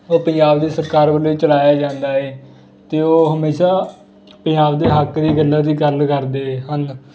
ਉਹ ਪੰਜਾਬ ਦੀ ਸਰਕਾਰ ਵੱਲੋਂ ਚਲਾਇਆ ਜਾਂਦਾ ਏ ਅਤੇ ਉਹ ਹਮੇਸ਼ਾਂ ਪੰਜਾਬ ਦੇ ਹੱਕ ਦੀ ਗੱਲਾਂ ਦੀ ਗੱਲ ਕਰਦੇ ਹਨ